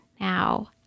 Now